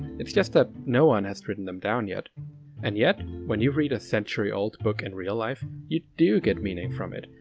it's just that no one has written them down yet and yet, when you read a century old book in real life, you do get meaning from it,